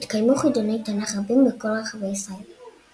התקיימו חידוני תנ"ך רבים בכל רחבי ישראל.